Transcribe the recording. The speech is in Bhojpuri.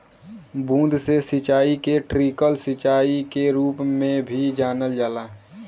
बूंद से सिंचाई के ट्रिकल सिंचाई के रूप में भी जानल जाला